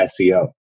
SEO